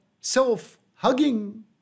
self-hugging